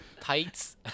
tights